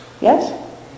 Yes